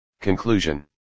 Conclusion